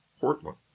Portland